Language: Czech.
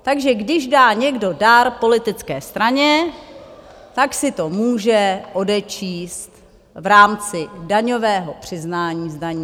Takže když dá někdo dar politické straně, tak si to může odečíst v rámci daňového přiznání z daní.